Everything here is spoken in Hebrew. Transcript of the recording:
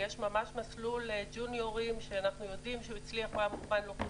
יש ממש מסלול ג'וניורים שאנחנו יודעים שהוא הצליח --- האוכלוסייה